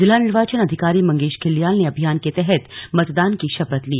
जिला निर्वाचन अधिकारी मंगेश घिल्डियाल ने अभियान के तहत मतदान की शपथ ली